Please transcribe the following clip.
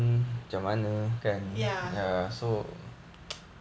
ya